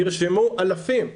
נרשמו אלפים.